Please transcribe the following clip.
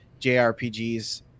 jrpgs